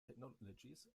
technologies